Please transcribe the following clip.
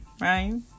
Right